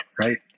right